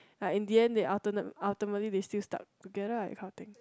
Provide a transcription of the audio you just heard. like in the end they ultimat~ ultimately they still stuck together lah that kind of thing